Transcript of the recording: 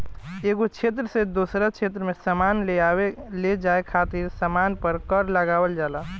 एगो क्षेत्र से दोसरा क्षेत्र में सामान लेआवे लेजाये खातिर सामान पर कर लगावल जाला